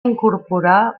incorporar